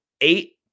eight